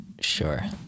Sure